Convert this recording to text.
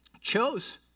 chose